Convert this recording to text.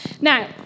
Now